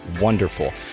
wonderful